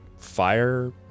Fire